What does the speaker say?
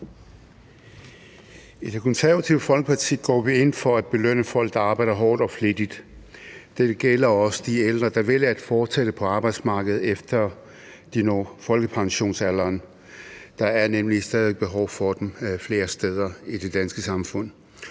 I Det Konservative Folkeparti går vi ind for at belønne folk, der arbejder hårdt og flittigt. Dette gælder også de ældre, der vælger at fortsætte på arbejdsmarkedet, efter de når folkepensionsalderen. Der er nemlig stadig væk behov for dem flere steder i det danske samfund.